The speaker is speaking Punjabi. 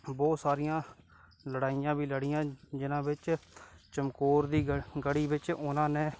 ਬਹੁਤ ਸਾਰੀਆਂ ਲੜਾਈਆਂ ਵੀ ਲੜੀਆਂ ਜਿਹਨਾਂ ਵਿੱਚ ਚਮਕੌਰ ਦੀ ਗ ਗੜੀ ਵਿੱਚ ਉਹਨਾਂ ਨੇ